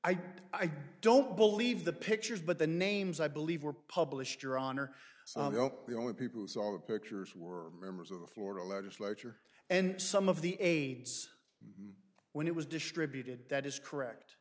don't i don't believe the pictures but the names i believe were published your honor the only people who saw the pictures were members of the florida legislature and some of the aides when it was distributed that is correct